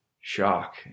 shock